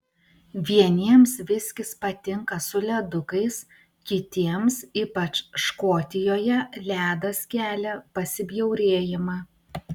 vieniems viskis patinka su ledukais kitiems ypač škotijoje ledas kelia pasibjaurėjimą